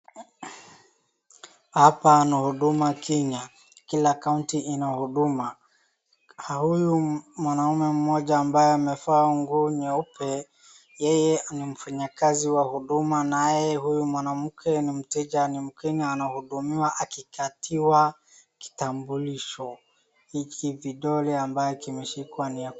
Hapa ni huduma Kenya. Kila kaunti ina huduma. Huyu mwanaume mmoja ambaye amevaa nguo nyeupe, yeye ni mfanyakazi wa huduma na yeye huyu mwanamke ni mteja ni mkenya anahudumiwa akikatiwa kitambulisho. Hiki vidole ambayo kimeshikawa ni ya.